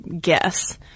guess